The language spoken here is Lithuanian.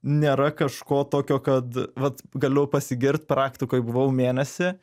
nėra kažko tokio kad vat galiu pasigirt praktikoj buvau mėnesį